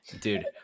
dude